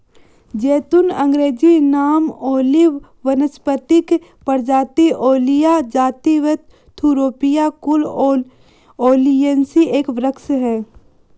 ज़ैतून अँग्रेजी नाम ओलिव वानस्पतिक प्रजाति ओलिया जाति थूरोपिया कुल ओलियेसी एक वृक्ष है